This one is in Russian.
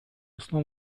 снова